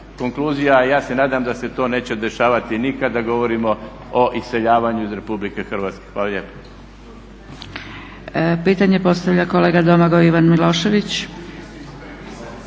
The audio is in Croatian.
konkluzija. I ja se nadam da se to neće dešavati ni kada govorimo o iseljavanju iz Republike Hrvatske. Hvala lijepo.